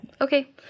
Okay